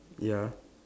ya